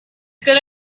good